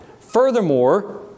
Furthermore